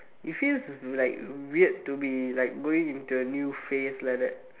it feels like weird to me it's like going into a new phase like that